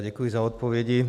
Děkuji za odpovědi.